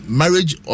marriage